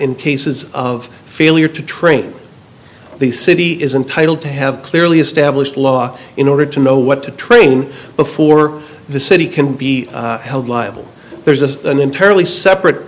in cases of failure to train the city is entitled to have clearly established law in order to know what to train before the city can be held liable there's a entirely separate